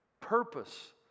purpose